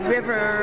River